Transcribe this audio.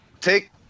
take